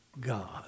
God